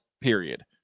period